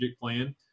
plan